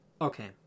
Okay